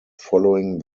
following